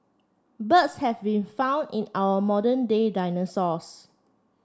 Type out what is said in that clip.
birds have been found in our modern day dinosaurs